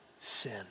sin